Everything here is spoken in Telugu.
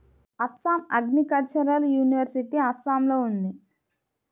అస్సాం అగ్రికల్చరల్ యూనివర్సిటీ అస్సాంలో ఉంది